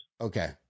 Okay